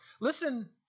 Listen